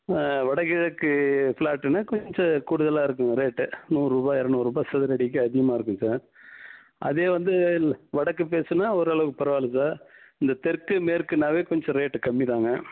வட கிழக்கு ஃபிளாட்டுனால் கொஞ்சம் கூடுதலாக இருக்கும்ங்க ரேட்டு நூறு ரூபா இரநூறு ரூபா சதுர அடிக்கு அதிகமாக இருக்கும் சார் அதே வந்து வடக்கு ஃபேஸுனா ஓரளவுக்கு பரவாயில்லை சார் இந்த தெற்கு மேற்குனாவே கொஞ்சம் ரேட்டு கம்மி தாங்க